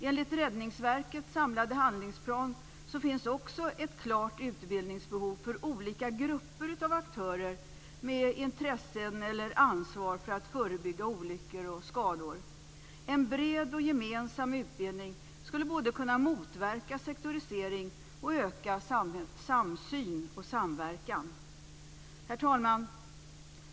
Enligt Räddningsverkets samlade handlingsprogram finns också ett klart utbildningsbehov för olika grupper av aktörer med intresse eller ansvar för att förebygga olyckor och skador. En bred och gemensam utbildning skulle kunna motverka sektorisering och öka samsyn och samverkan. Herr talman!